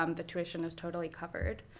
um the tuition is totally covered.